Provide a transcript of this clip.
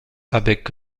avec